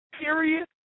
period